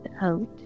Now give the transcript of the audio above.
out